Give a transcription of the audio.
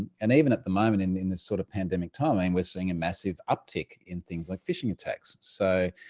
and even at the moment and in this sort of pandemic time, i mean, we're seeing a massive uptick in things like phishing attacks. so,